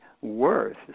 worth